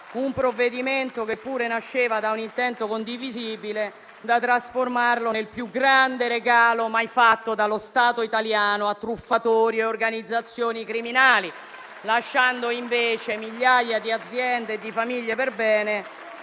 che pure nasceva da un intento condivisibile, tanto da trasformarlo nel più grande regalo mai fatto dallo Stato italiano a truffatori e organizzazioni criminali, lasciando invece migliaia di aziende e di famiglie perbene